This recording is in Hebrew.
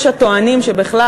יש הטוענים שבכלל,